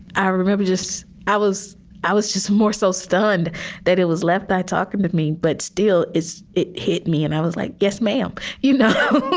i remember just i was i was just more so stunned that it was left by talking with me, but still is. it hit me and i was like, yes, ma'am you know,